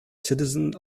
citizens